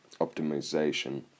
optimization